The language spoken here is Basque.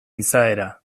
izaera